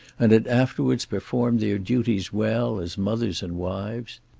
and had afterwards performed their duties well as mothers and wives.